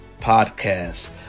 podcast